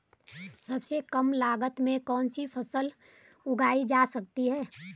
सबसे कम लागत में कौन सी फसल उगाई जा सकती है